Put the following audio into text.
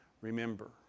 Remember